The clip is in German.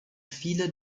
viele